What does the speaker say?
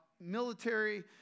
military